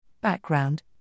Background